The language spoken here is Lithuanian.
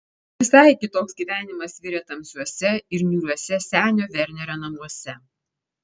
visai kitoks gyvenimas virė tamsiuose ir niūriuose senio vernerio namuose